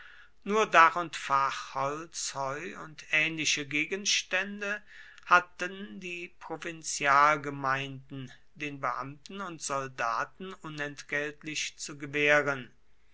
nur dach und fach holz heu und ähnliche gegenstände hatten die provinzialgemeinden den beamten und soldaten unentgeltlich zu gewähren